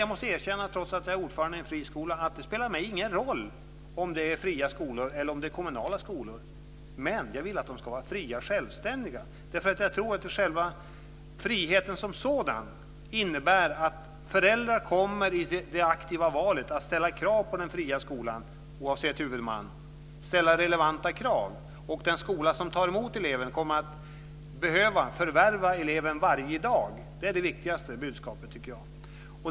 Jag måste, trots att jag är ordförande i en friskola, erkänna att det inte spelar någon roll för mig om skolorna är fria eller kommunala. Dock vill jag att de ska vara självständiga. Jag tror att friheten som sådan innebär att föräldrar i det aktiva valet kommer att ställa relevanta krav på den fria skolan oavsett huvudman. Jag tycker att det viktigaste budskapet är att den skola som tar emot eleven kommer att behöva förvärva eleven varje dag. Så är det inte i dag.